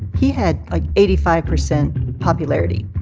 he had, like, eighty five percent popularity.